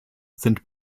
sind